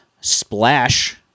splash